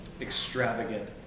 extravagant